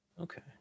Okay